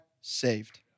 saved